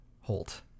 Holt